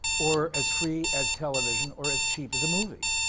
or as free as television or as cheap as a movie.